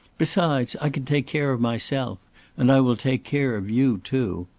besides, i can take care of myself and i will take care of you too.